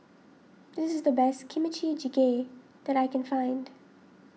this is the best Kimchi Jjigae that I can find